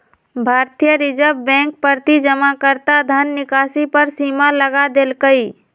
भारतीय reserve bank प्रति जमाकर्ता धन निकासी पर सीमा लगा देलकइ